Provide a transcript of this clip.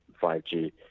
5G